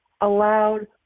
allowed